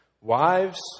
Wives